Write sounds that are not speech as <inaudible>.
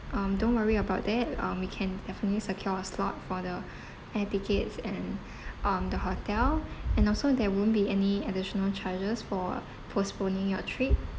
um don't worry about that um we can definitely secure a slot for the <breath> air tickets and <breath> um the hotel and also there won't be any additional charges for postponing your trip